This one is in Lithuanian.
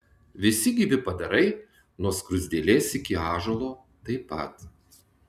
visi gyvi padarai nuo skruzdėlės iki ąžuolo taip pat